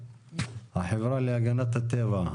החברה להגנת הטבע.